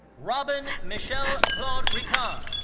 robin michel claude ricard.